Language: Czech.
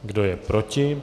Kdo je proti?